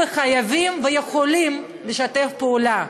חייבים ויכולים לשתף פעולה,